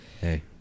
Hey